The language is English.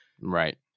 Right